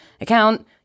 account